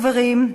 חברים,